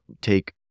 take